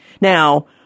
Now